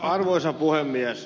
arvoisa puhemies